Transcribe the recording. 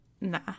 Nah